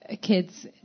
kids